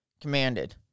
commanded